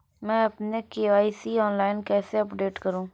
मैं अपना KYC online कैसे अपडेट करूँ?